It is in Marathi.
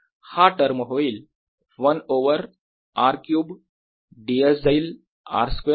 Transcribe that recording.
आता हा टर्म होईल 1 ओवर r क्यूब ds जाईल r स्क्वेअर प्रमाणे